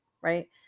right